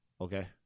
Okay